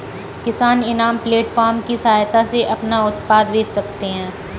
किसान इनाम प्लेटफार्म की सहायता से अपना उत्पाद बेच सकते है